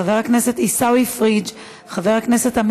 חבר הכנסת עיסאווי פריג',